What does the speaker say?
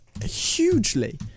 hugely